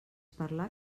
parlar